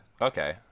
Okay